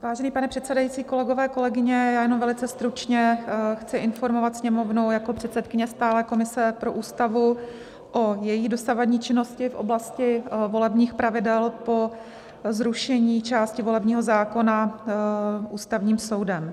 Vážený pane předsedající, kolegové, kolegyně, já jenom velice stručně chci informovat Sněmovnu jako předsedkyně Stálé komise pro Ústavu o její dosavadní činnosti v oblasti volebních pravidel po zrušení části volebního zákona Ústavním soudem.